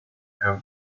and